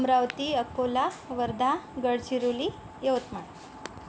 Amravati Akola Wardha Gadchiroli Yavatmal